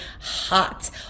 hot